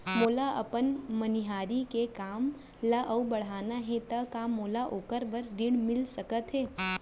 मोला अपन मनिहारी के काम ला अऊ बढ़ाना हे त का मोला ओखर बर ऋण मिलिस सकत हे?